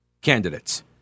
candidates